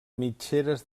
mitgeres